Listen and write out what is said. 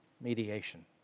mediation